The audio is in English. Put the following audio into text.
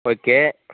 okay